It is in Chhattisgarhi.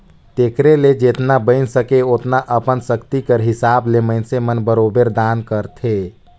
तेकरे ले जेतना बइन सके ओतना अपन सक्ति कर हिसाब ले मइनसे मन बरोबेर दान करथे